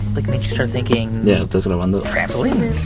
like, made you start thinking trampolines?